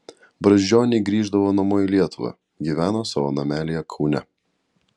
brazdžioniai grįždavo namo į lietuvą gyveno savo namelyje kaune